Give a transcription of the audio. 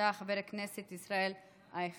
בסדר גמור.